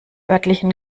örtlichen